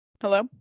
Hello